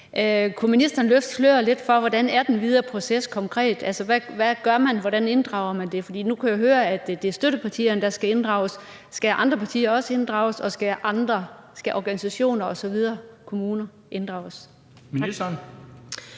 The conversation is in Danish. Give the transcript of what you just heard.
Kunne ministeren løfte sløret lidt for, hvordan den videre proces konkret er? Altså, hvad gør man? Hvordan inddrager man nogle? Nu kunne jeg høre, at det er støttepartierne, der skal inddrages. Skal andre partier også inddrages, og skal organisationer og kommuner osv. inddrages?